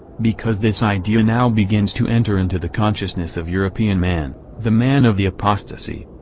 because this idea now begins to enter into the consciousness of european man, the man of the apostasy.